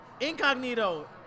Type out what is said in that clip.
Incognito